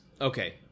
Okay